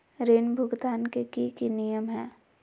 ऋण भुगतान के की की नियम है?